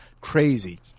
crazy